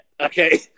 okay